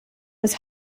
was